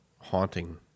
haunting